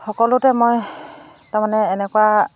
সকলোতে মই তাৰমানে এনেকুৱা